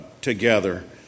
together